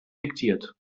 diktiert